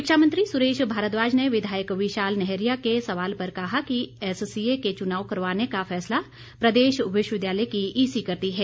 शिक्षा मंत्री सुरेश भारद्वाज ने विधायक विशाल नैहरिया के सवाल पर कहा कि एससीए के चुनाव करवाने का फैसला प्रदेश विश्वविद्यालय की ईसी करती है